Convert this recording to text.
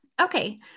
Okay